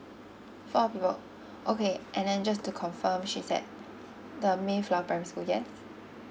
four people okay and then just to confirm she's at the mayflower primary school yes